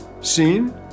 scene